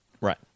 Right